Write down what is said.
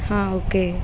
हां ओके